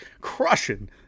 crushing